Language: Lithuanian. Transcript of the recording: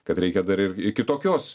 kad reikia dar ir kitokios